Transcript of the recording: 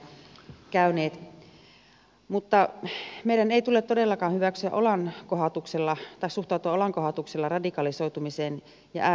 mutta meidän ei tule todellakaan suhtautua olankohautuksella radikalisoitumiseen ja ääri islamiin